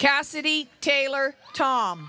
cassidy taylor tom